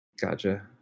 Gotcha